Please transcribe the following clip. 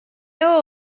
are